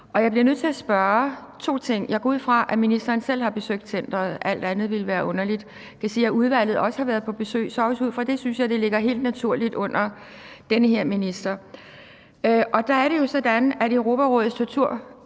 jeg bliver nødt til at spørge om to ting. Jeg går ud fra, at ministeren selv har besøgt centeret – alt andet ville være underligt – og det vil sige, at udvalget også har været på besøg. Så også ud fra det synes jeg det helt naturligt hører under den her minister. Der er det jo sådan, at Europarådets torturkomité